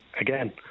again